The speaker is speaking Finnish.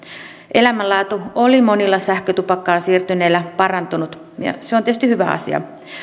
elämänlaatu oli monilla sähkötupakkaan siirtyneillä parantunut ja se on tietysti hyvä asia